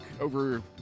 over